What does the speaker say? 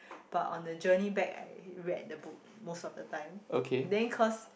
but on the journey back I read the book most of the time then cause